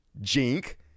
Jink